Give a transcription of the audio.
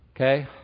Okay